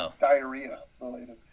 diarrhea-related